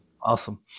Awesome